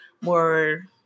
more